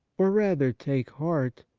or rather take heart,